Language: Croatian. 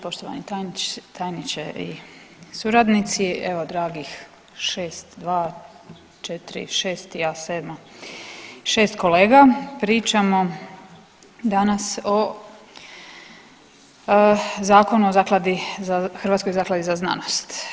Poštovani tajniče i suradnici evo dragih 6, 2, 4, 6 i ja sedma, 6 kolega, pričamo danas o Zakonu o zakladi, Hrvatskoj zakladi za znanost.